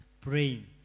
praying